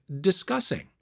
discussing